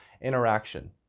interaction